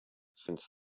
since